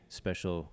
special